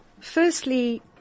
Firstly